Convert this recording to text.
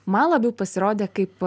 man labiau pasirodė kaip